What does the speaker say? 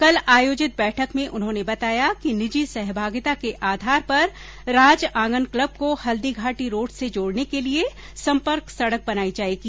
कल आयोजित बैठक में उन्होंने बताया कि निजी सहभागिता के आधार पर राज आंगन क्लब को हल्दीघाटी रोड से जोडने के लिए सम्पर्क सड़क बनाई जाएगी